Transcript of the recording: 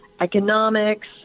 economics